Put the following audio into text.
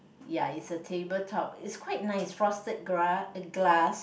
ya is a table top it's quite nice frosted grass uh glass